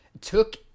took